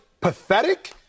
pathetic